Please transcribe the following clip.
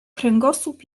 kręgosłup